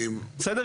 בסדר?